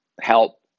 help